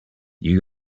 you